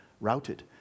routed